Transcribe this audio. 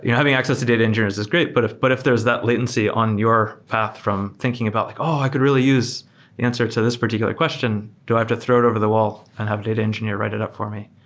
yeah having access to data engineers is great, but if but if there's that latency on your path from thinking about like, oh! i could really use the answer to this particular question. do i have to throw it over the wall and have data engineer write it up for me?